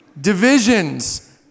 Divisions